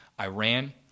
Iran